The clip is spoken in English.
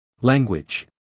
Language